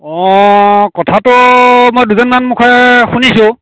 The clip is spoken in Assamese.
কথাটো মই দুজনমানৰ মুখেৰে শুনিছোঁ